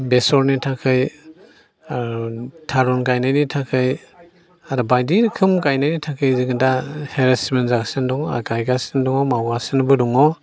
बेसरनि थाखाय थारुन गायनायनि थाखाय आरो बायदि रोखोम गायनायनि थाखाय जोङो दा हेरेसमेन्ट जागासिनो दङ आरो गायगासिनो दङ मावगासिनोबो दङ